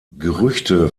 gerüchte